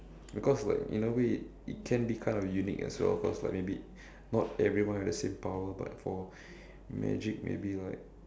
because like in a way it can be kind of unique as well cause like maybe not everyone have the same power but for magic maybe like